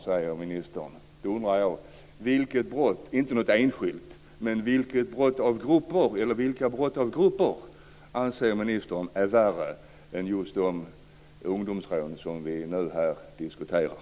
Jag undrar vilka brott av grupper - inte av enskilda - ministern anser är värre än de ungdomsrån som vi nu diskuterar.